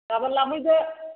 गाबोन लांफैदो